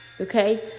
Okay